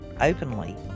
openly